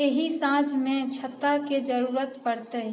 एहि साँझमे छत्ताके जरूरत पड़तै